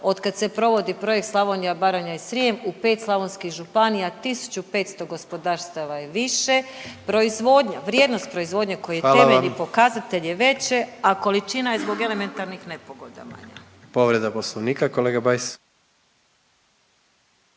Od kad se provodi projekt Slavonija, Baranja i Srijem u pet slavonskih županija 1.500 gospodarstava je više, proizvodnja vrijednost proizvodnje koji je …/Upadica predsjednik: Hvala vam./… temeljni pokazatelj je veće, a količina je zbog elementarnih nepogoda manja.